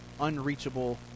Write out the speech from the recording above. unreachable